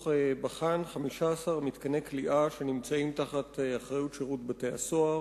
בחן 15 מתקני כליאה שנמצאים תחת אחריות שירות בתי-הסוהר,